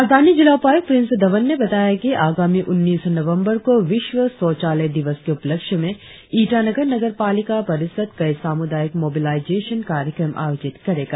राजधानी जिला उपायुक्त प्रींस धवन ने बताया कि आगामी उन्नीस नवंबर को विश्व शौचालय दिवस के उपलक्ष्य में ईटानगर नगरपालिका परिषद कई सामूदायिक मोबिलाइजेशन कार्यक्रम आयोजित करेगा